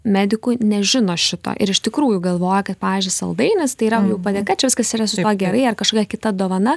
medikų nežino šito ir iš tikrųjų galvoja kad pavyzdžiui saldainis tai yra padėka čia viskas yra su tuo gerai ar kažkokia kita dovana